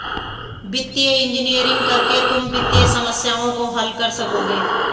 वित्तीय इंजीनियरिंग करके तुम वित्तीय समस्याओं को हल कर सकोगे